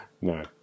No